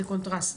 זה contrast.